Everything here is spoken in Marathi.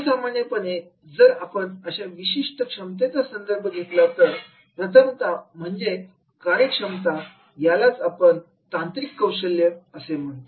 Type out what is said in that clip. सामान्यपणे जर आपण अशा विशिष्ट क्षमतेचा संदर्भ घेतला तर सर्वप्रथम म्हणजे कार्यक्षमता यालाच आपण तांत्रिक कौशल्य असे म्हणतो